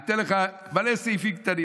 אני אתן לך מלא סעיפים קטנים.